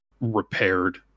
repaired